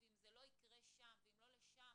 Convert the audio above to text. ואם זה לא יקרה שם ואם לא לשם